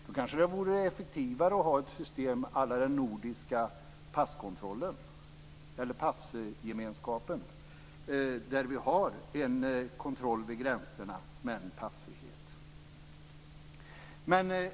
Det kanske vore effektivare att ha ett system à la den nordiska passgemenskapen, där vi har en kontroll vid gränserna men passfrihet.